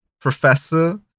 professor